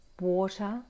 water